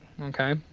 okay